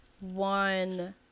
one